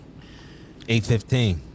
8.15